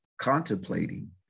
contemplating